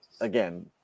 again